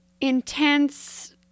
intense